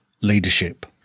leadership